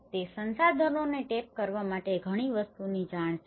તે સંસાધનોને ટેપ કરવા માટે ઘણી વસ્તુઓની જાણ છે